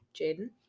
Jaden